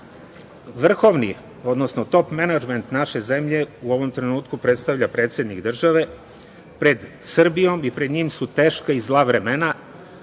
vrhovni, odnosno top menadžment naše zemlje u ovom trenutku predstavlja predsednik države. Pred Srbijom i pred njim su teška i zla vremena